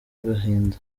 agahinda